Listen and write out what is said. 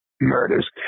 murders